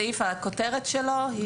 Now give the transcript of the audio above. הכותרת של הסעיף.